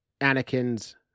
Anakin's